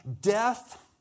Death